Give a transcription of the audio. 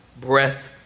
Breath